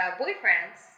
Boyfriends